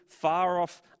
far-off